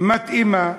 מתאימה,